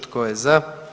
Tko je za?